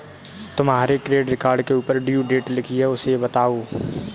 तुम्हारे credit card के ऊपर ड्यू डेट लिखी है उसे बताओ